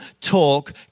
talk